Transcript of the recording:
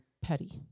petty